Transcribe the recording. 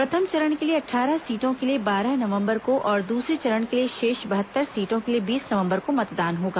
प्रथम चरण के लिए अट्ठारह सीटों के लिए बारह नवंबर को और दूसरे चरण के लिए शेष बहत्तर सीटों के लिए बीस नवंबर को मतदान होगा